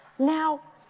now